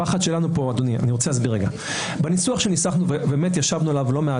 רק אני אומר - אנו כן צריכים לוודא